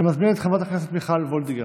אני מזמין את חברת הכנסת מיכל וולדיגר,